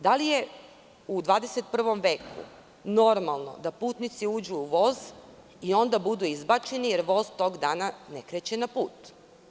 Da li je u 21. veku normalno da putnici uđu u voz i onda budu izbačeni jer voz tog dana ne kreće na put?